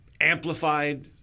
amplified—